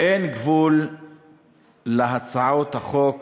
אין גבול להצעות החוק